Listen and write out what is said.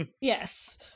Yes